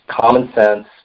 common-sense